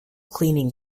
cleaning